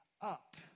up